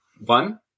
One